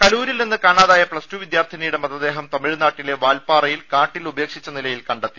കലൂരിൽ നിന്ന് കാണാതായ പ്ലസ്ടു വിദ്യാർത്ഥിനിയുടെ മൃതദേഹം തമിഴ് നാട്ടിലെ വാൽപ്പാറയിൽ കാട്ടിൽ ഉപേക്ഷിച്ച നിലയിൽ കണ്ടെത്തി